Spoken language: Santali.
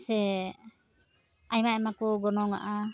ᱥᱮ ᱟᱭᱢᱟ ᱟᱭᱢᱟ ᱠᱚ ᱜᱚᱱᱚᱝᱟᱜᱼᱟ